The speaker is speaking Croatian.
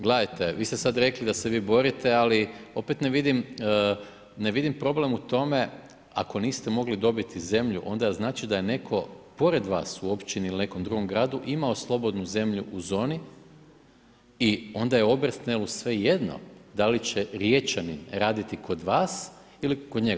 Gledajte, vi ste sad rekli da se vi borite, ali opet ne vidim, ne vidim problem u tome, ako niste mogli dobiti zemlju, onda znači da je netko pored vas, u općini ili nekom drugom gradu imao slobodnu zemlju u zoni i onda je Obersnelu svejedno, da li će Riječani raditi kod vas ili kod njega.